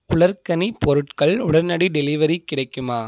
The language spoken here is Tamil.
உலர்கனி பொருட்கள் உடனடி டெலிவரி கிடைக்குமா